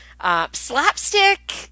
slapstick